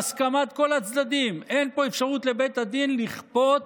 בהסכמת כל הצדדים, אין פה אפשרות לבית הדין לכפות